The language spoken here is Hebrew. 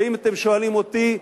ואם אתם שואלים אותי,